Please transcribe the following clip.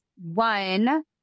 One